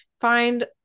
Find